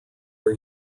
are